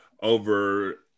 over